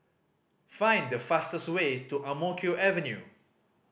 find the fastest way to Ang Mo Kio Avenue